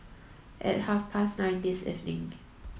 at half past nine this evening